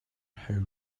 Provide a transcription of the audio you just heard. how